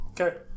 Okay